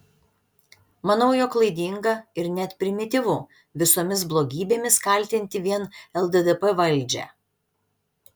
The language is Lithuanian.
manau jog klaidinga ir net primityvu visomis blogybėmis kaltinti vien lddp valdžią